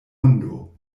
hundo